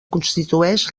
constitueix